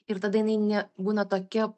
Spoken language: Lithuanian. ir tada jinai ne būna tokia